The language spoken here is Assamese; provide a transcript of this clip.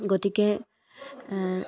গতিকে